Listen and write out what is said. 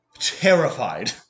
Terrified